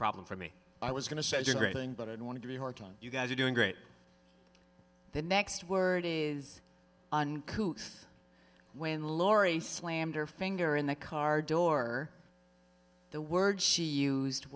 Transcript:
problem for me i was going to send you a great thing but i don't want to be hard on you guys are doing great the next word is when laurie slammed her finger in the car door the words she used